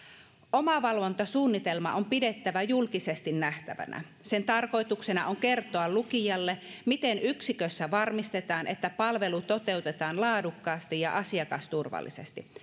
omavalvontasuunnitelma on pidettävä julkisesti nähtävänä sen tarkoituksena on kertoa lukijalle miten yksikössä varmistetaan että palvelu toteutetaan laadukkaasti ja asiakasturvallisesti